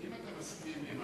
אם אתה מסכים להצעה,